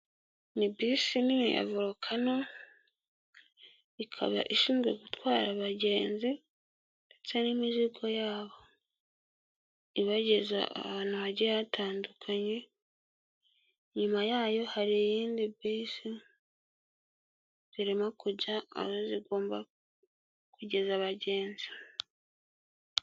Ni bisi nini ya Volcano, ikaba ishinzwe gutwara abagenzi ndetse n'imizigo yabo. Ibageza ahantu hagiye hatandukanye, inyuma yayo hari iyindi bisi, zirimo kujya aho zigomba kugeza bagenzi.